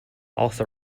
also